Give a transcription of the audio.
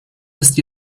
ist